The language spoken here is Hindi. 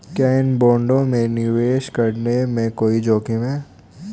क्या इन बॉन्डों में निवेश करने में कोई जोखिम है?